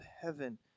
heaven